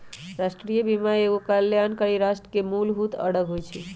राष्ट्रीय बीमा एगो कल्याणकारी राष्ट्र के मूलभूत अङग होइ छइ